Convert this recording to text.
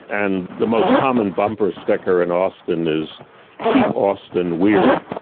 and the most common bumper sticker in austin is keep austin weird.